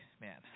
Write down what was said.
man